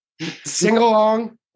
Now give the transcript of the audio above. sing-along